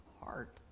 heart